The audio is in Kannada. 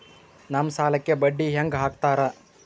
ನಮ್ ಸಾಲಕ್ ಬಡ್ಡಿ ಹ್ಯಾಂಗ ಹಾಕ್ತಾರ?